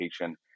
education